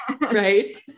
right